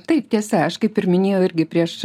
taip tiesa aš kaip ir minėjau irgi prieš